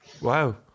wow